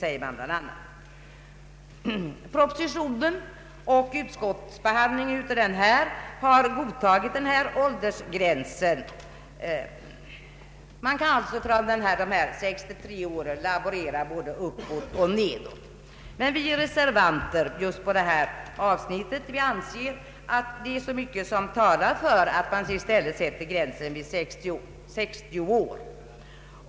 Departementschefen och även utskottet har godtagit den föreslagna åldersgränsen. Man kan alltså från dessa 63 år laborera både uppåt och nedåt. Vi reservanter anser beträffande detta avsnitt av utlåtandet att det är mycket som talar för att gränsen i stället sätts vid 60 år.